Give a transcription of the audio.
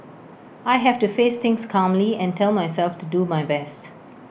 I have to face things calmly and tell myself to do my best